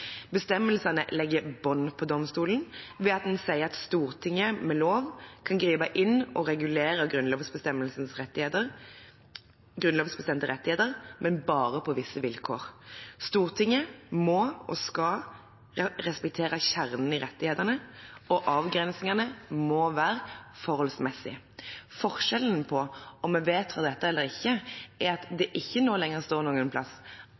Bestemmelsene legger bånd på domstolen ved at en sier at Stortinget ved lov kan gripe inn og regulere grunnlovbestemte rettigheter, men bare på visse vilkår. Stortinget må og skal respektere kjernen i rettighetene, og avgrensingene må være forholdsmessige. Forskjellen på om vi vedtar dette, og ikke er at det ikke lenger står